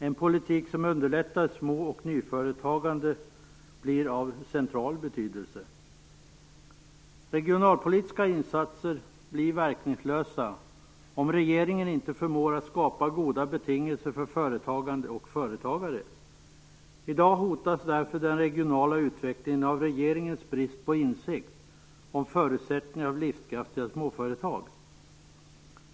En politik som underlättar små och nyföretagande blir av central betydelse. Regionalpolitiska insatser blir verkningslösa om regeringen inte förmår att skapa goda betingelser för företagande och företagare. I dag hotas därför den regionala utvecklingen av regeringens brist på insikt om förutsättningar för livskraftiga småföretag.